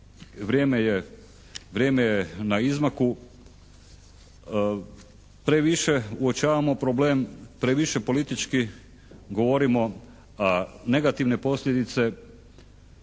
vrijeme je na izmaku. Previše uočavamo problem, previše politički govorimo, a negativne posljedice